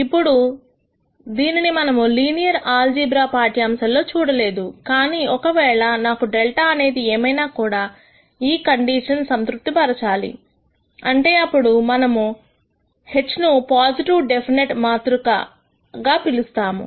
ఇప్పుడు దీనిని మనం లీనియర్ ఆల్జీబ్రా పాఠ్యాంశాల్లో చూడలేదు కానీ ఒకవేళ నాకు δ అనేది ఏమైనా కూడా ఈ కండిషన్ సంతృప్తి పరచాలి అంటే అప్పుడు మనము H ను పాజిటివ్ డెఫినెట్ మాతృక పిలుస్తాము